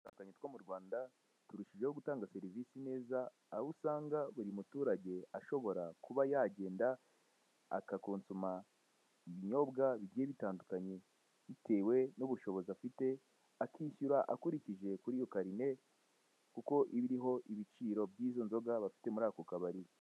Utubari two mu rwanda turushijeho gutanga serivise neza aho usanga, buri muturage ashobora kuba yagenda agakosoma ibinyobwa bigiye bitandukanye, bitewe n'ubushobozi afite akishyura akurikije kuri iyo karine, kuko iba iriho ibiciro by'izo nzoga bafite muri ako kabari.